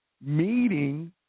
meeting